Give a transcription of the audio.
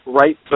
right